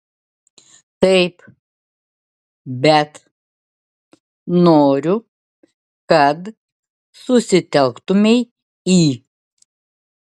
taip bet noriu kad susitelktumei į